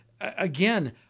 again